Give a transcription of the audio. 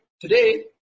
today